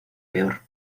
peor